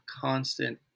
constant